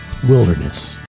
Wilderness